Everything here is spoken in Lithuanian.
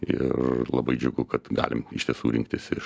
ir labai džiugu kad galime iš tiesų rinktis iš